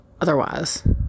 otherwise